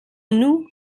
nous